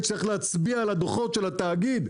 צריך להצביע על הדוחות של התאגיד,